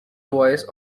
voice